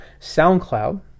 SoundCloud